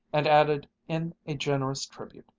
and added in a generous tribute,